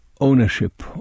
ownership